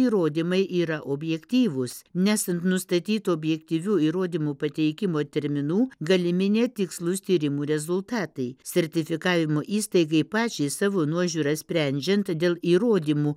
įrodymai yra objektyvūs nesant nustatytų objektyvių įrodymų pateikimo terminų galimi netikslūs tyrimų rezultatai sertifikavimo įstaigai pačiai savo nuožiūra sprendžiant dėl įrodymų